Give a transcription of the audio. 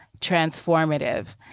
transformative